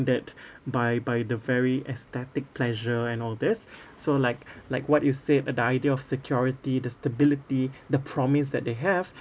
by by the very aesthetic pleasure and all these so like like what you said uh the idea of security the stability the promise that they have